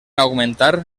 augmentar